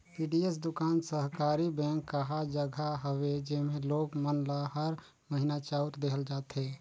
PDS दुकान सहकारी bank कहा जघा हवे जेम्हे लोग मन ल हर महिना चाँउर देहल जाथे